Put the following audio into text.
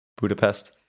Budapest